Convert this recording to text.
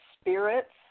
spirits